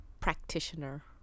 Practitioner